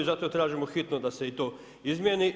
I zato tražimo hitno da se i to izmijeni.